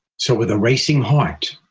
so with a racing heart,